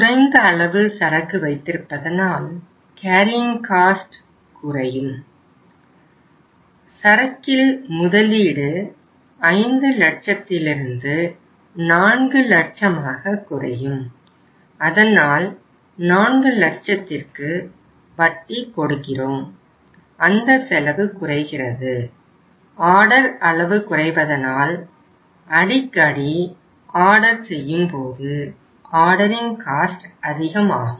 குறைந்த அளவு சரக்கு வைத்திருப்பதனால் கேரியிங் காஸ்ட் அதிகமாகும்